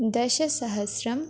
दशसहस्रं